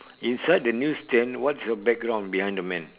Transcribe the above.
inside the news stand what's the background behind the man